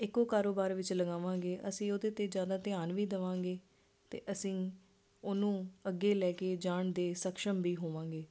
ਇੱਕੋ ਕਾਰੋਬਾਰ ਵਿੱਚ ਲਗਾਵਾਂਗੇ ਅਸੀਂ ਉਹਦੇ 'ਤੇ ਜ਼ਿਆਦਾ ਧਿਆਨ ਵੀ ਦੇਵਾਂਗੇ ਅਤੇ ਅਸੀਂ ਉਹਨੂੰ ਅੱਗੇ ਲੈ ਕੇ ਜਾਣ ਦੇ ਸਕਸ਼ਮ ਵੀ ਹੋਵਾਂਗੇ